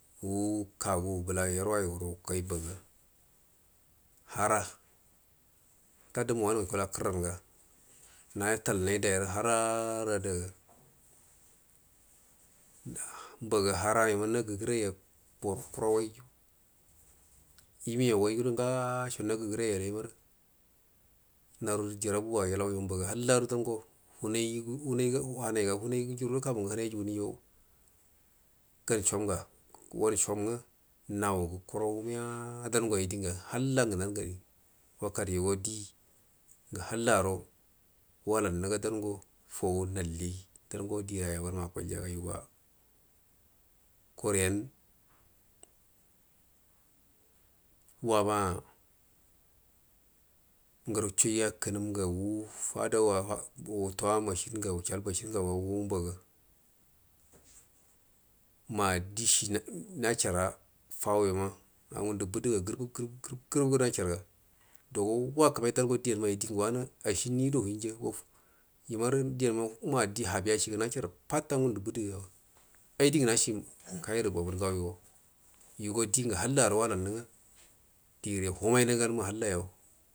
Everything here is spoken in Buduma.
Wu kagu bəla yarwa yuro wukoi mbaga hara muta dumu wanungu yakula kərranga natalnai dairu hara ra adaga muaga hara ima nagəgərai agə borə kurawai ime wai ga gada ngasho nagəgərai lai marə naruni jirabuwa ilai yo mbaga hallado dango hunai wanaiga hunai ngu jurudo kanungu hinai ajuguniyo gan shamga wan shom waga nawugə kurau miya didingə hallanu hangani wakadu yago dingu hallara walannu uga dango fowu nalli dango di ayau ganma aku iyaga ga yugo kuren wama nguru chuya kuuunga wu faduwa wutuwa nashinga wushal mashir ngauga wu mbaga ma dishi nachara fan ima ngundu bədəga gərəb gərəb ga nasharga dauga wakəmai dango digau ai dingu wanu ashinuida wiyaja imar diyanma ma di habiyashiga washer fat a ngu ndu bədaga ai dingu nashi kairu babur ngau yo ima dingə hallari walarinu nga dire wamaijiu gan na hallayo.